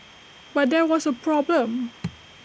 but there was A problem